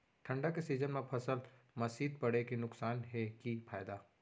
ठंडा के सीजन मा फसल मा शीत पड़े के नुकसान हे कि फायदा?